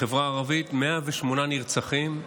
בחברה הערבית, 108 נרצחים,